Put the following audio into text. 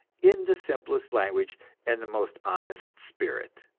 in the simplest language and the most honest spirit.